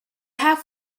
half